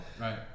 Right